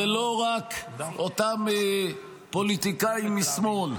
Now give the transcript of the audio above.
זה לא רק אותם פוליטיקאים משמאל.